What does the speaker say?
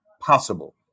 possible